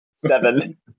Seven